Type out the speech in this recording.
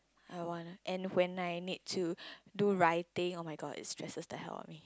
I want and when I need to do writing oh-my-god it stresses the hell out of me